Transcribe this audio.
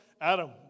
Adam